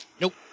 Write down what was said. Nope